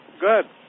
Good